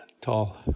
Tall